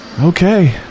Okay